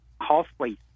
halfway